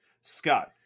Scott